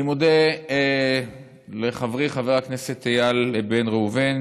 אני מודה לחברי חבר הכנסת איל בן ראובן,